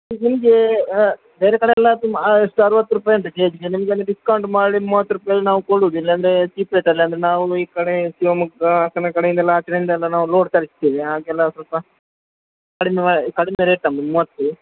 ನಿಮಗೆ ಬೇರೆ ಕಡೆಯೆಲ್ಲ ಎಷ್ಟು ಅರ್ವತ್ತು ರೂಪಾಯಿ ಅಂತೆ ಕೆ ಜಿಗೆ ನಿಮ್ಗೆ ಅಲ್ಲಿ ಡಿಸ್ಕೌಂಟ್ ಮಾಡಿ ಮೂವತ್ತು ರೂಪಾಯಲ್ಲಿ ನಾವು ಕೊಡುದು ಇಲ್ಲಿ ಅಂದರೆ ಚೀಪ್ ರೇಟಲ್ಲಿ ಅಂದರೆ ನಾವು ಈ ಕಡೆ ಶಿವಮೊಗ್ಗ ಹಾಸನ ಕಡೆಯಿಂದೆಲ್ಲ ಆ ಕಡೆಯಿಂದೆಲ್ಲ ನಾವು ಲೋಡ್ ತರಿಸ್ತೀವಿ ಹಾಗೆಲ್ಲ ಸ್ವಲ್ಪ ಕಡಿಮೆ ಮಾ ಕಡಿಮೆ ರೇಟ್ ನಮ್ಮದು ಮೂವತ್ತು